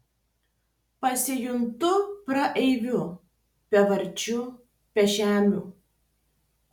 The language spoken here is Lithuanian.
pasijuntu praeiviu bevardžiu bežemiu